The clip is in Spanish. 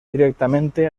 directamente